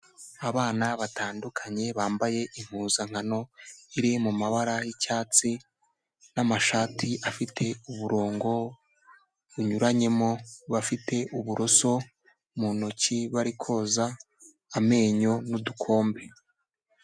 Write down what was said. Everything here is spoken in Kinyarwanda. Abana batandukanye, bambaye impuzankano iri mu mabara y'icyatsi n'amashati afite uburongo bunyuranyemo, bafite uburoso mu ntoki, bari koza amenyo n'udukombe.